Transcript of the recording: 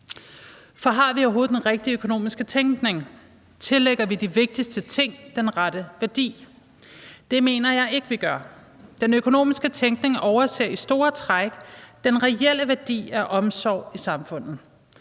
For har vi overhovedet den rigtige økonomiske tænkning? Tillægger vi de vigtigste ting den rette værdi? Det mener jeg ikke vi gør. Den økonomiske tænkning overser i store træk den reelle værdi af omsorg i samfundet,